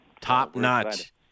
Top-notch